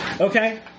Okay